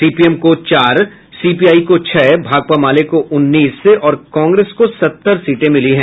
CPM को चार CPI को छह भाकपा माले को उन्नीस और कांग्रेस को सत्तर सीटें मिली हैं